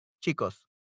Chicos